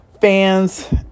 fans